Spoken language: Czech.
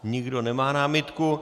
Nikdo nemá námitku.